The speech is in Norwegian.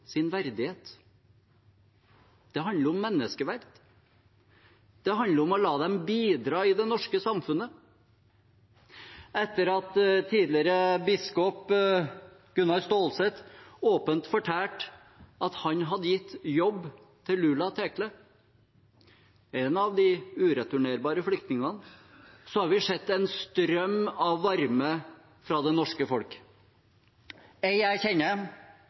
sin verdighet. Det handler om menneskeverd. Det handler om å la dem bidra i det norske samfunnet. Etter at tidligere biskop Gunnar Stålsett åpent fortalte at han hadde gitt jobb til Lula Tekle, en av de ureturnerbare flyktningene, har vi sett en strøm av varme fra det norske folk. En jeg